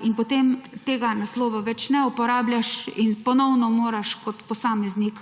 in potem tega naslova več ne uporabljaš in ponovno moraš kot posameznik